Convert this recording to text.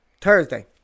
Thursday